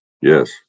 Yes